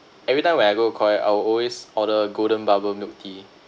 every time when I go Koi I will always order golden bubble milk tea